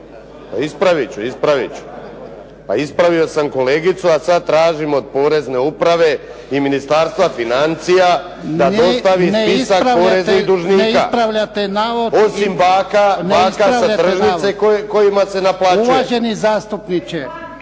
ispravit ću, ispravit ću. Pa ispravio sam kolegicu, a sad tražim od Porezne uprave i Ministarstva financija da dostavi spisak poreznih dužnika. **Jarnjak, Ivan (HDZ)** Ne ispravljate navod. Uvaženi zastupniče,